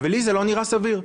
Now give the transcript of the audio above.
ולי זה לא נראה סביר.